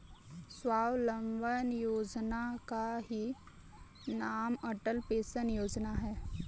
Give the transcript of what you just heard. स्वावलंबन योजना का ही नाम अटल पेंशन योजना है